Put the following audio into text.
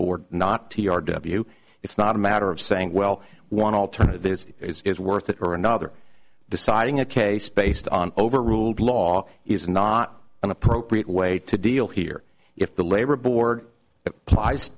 board not t r w it's not a matter of saying well one alternative is worth it or another deciding a case based on overruled law is not an appropriate way to deal here if the labor board applies